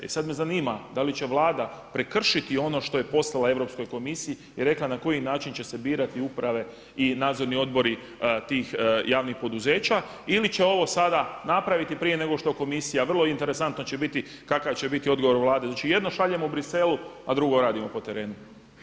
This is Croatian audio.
I sada me zanima da li će Vlada prekršiti ono što je poslala Europskoj komisiji i rekla na koji način će se birati uprave i nadzorni odbori tih javnih poduzeća ili će ovo sada napraviti prije nego što komisija a vrlo interesantno će biti kakav će biti odgovor Vlade, znači jedno šaljemo Briselu a drugo radimo po terenu.